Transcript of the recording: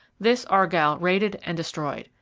this argall raided and destroyed.